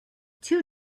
two